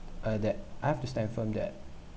uh that I have to stand firm that